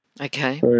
Okay